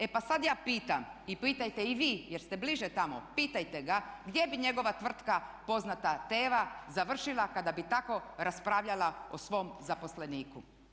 E pa sad ja pitam i pitajte i vi jer ste bliže tamo pitajte ga gdje bi njegova tvrtka poznata TEVA završila kada bi tako raspravljala o svom zaposleniku?